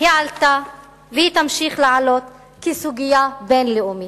היא עלתה והיא תמשיך לעלות כסוגיה בין-לאומית.